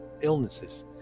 illnesses